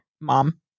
Mom